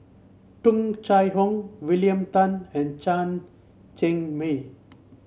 Tung Chye Hong William Tan and Chen Cheng Mei